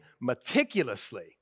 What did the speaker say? meticulously